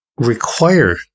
Require